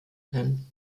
können